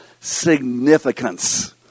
significance